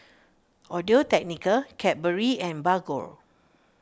Audio Technica Cadbury and Bargo